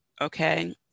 okay